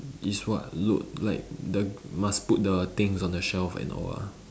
is what load like the must put the things on the shelf and all ah